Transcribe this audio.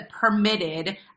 permitted